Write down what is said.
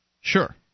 Sure